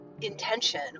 intention